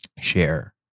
share